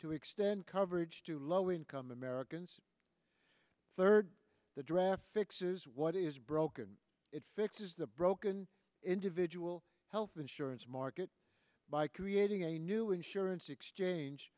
to extend coverage to low income americans third the draft fixes what is broken it fixes the broken individual health insurance market by creating a new insurance exchange